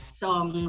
song